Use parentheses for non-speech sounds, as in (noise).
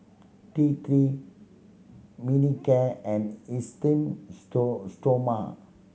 T Three Manicare and Esteem (unintelligible) Stoma